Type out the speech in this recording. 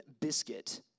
biscuit